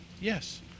yes